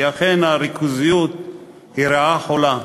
כי אכן הריכוזיות היא רעה חולה,